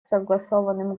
согласованным